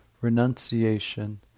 renunciation